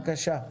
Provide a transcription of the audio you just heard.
בבקשה.